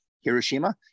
Hiroshima